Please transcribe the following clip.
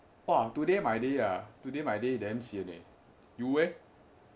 !wah! today my day ah today my day damn sian you eh